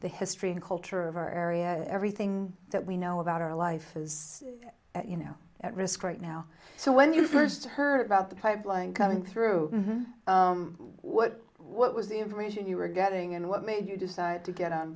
the history and culture of our area everything that we know about our life is you know at risk right now so when you first heard about the pipeline coming through what what was the information you were getting and what made you decide to get on